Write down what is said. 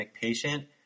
patient